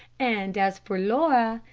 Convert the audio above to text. and as for laura,